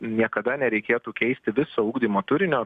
niekada nereikėtų keisti viso ugdymo turinio